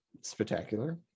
spectacular